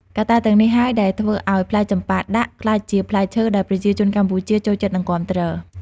កត្តាទាំងនេះហើយដែលធ្វើឱ្យផ្លែចម្ប៉ាដាក់ក្លាយជាផ្លែឈើដែលប្រជាជនកម្ពុជាចូលចិត្តនិងគាំទ្រ។